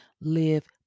live